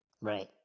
Right